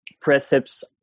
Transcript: precepts